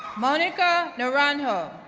monica naranjo,